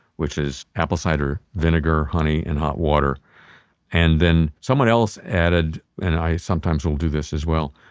which is apple cider vinegar, honey and hot water and then someone else added and i sometimes will do this as well,